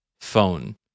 phone